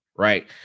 Right